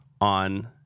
on